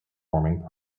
forming